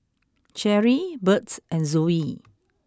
Cherrie Birt and Zoey